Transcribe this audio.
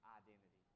identity